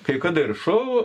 kai kada ir šou